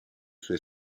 suoi